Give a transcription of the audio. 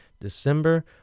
December